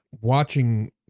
watching